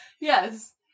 Yes